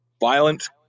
violent